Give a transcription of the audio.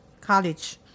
college